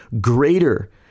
greater